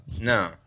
no